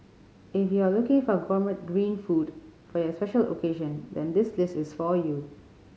if you are looking for gourmet green food for your special occasion then this list is for you